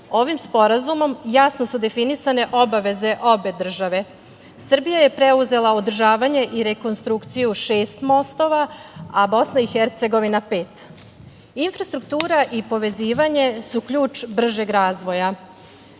Ovim sporazumom jasno su definisane obaveze obe države. Srbija je preuzela održavanje i rekonstrukciju šest mostova, a BiH pet. Infrastruktura i povezivanje su ključ bržeg razvoja.